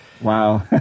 Wow